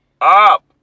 up